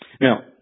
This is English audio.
Now